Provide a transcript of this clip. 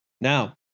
Now